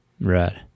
right